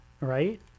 Right